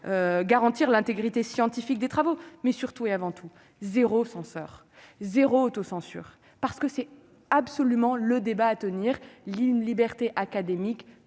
garantir l'intégrité scientifique des travaux mais surtout et avant tout, 0 censeurs 0 auto-censure, parce que c'est absolument le débat à tenir, il y a une liberté académique